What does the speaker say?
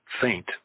faint